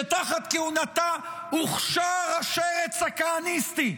שתחת כהונתה הוכשר השרץ הכהניסטי,